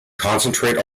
concentrate